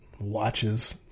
Watches